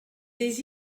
des